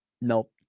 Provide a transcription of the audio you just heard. nope